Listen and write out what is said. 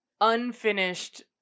unfinished